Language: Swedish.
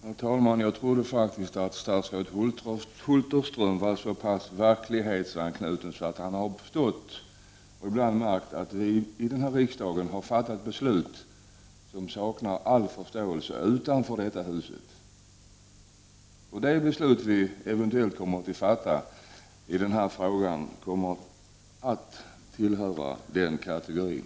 Herr talman! Jag trodde faktiskt att statsrådet Hulterström hade så mycket verklighetsanknytning att han hade förstått och ibland märkt att vi i denna riksdag har fattat beslut som saknar all förståelse utanför detta hus. Det beslut vi eventuellt kommer att fatta i den här frågan kommer att tillhöra den kategorin.